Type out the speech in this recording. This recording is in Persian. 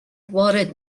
وارد